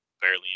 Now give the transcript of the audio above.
barely